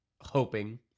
hoping